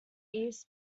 east